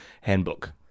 handbook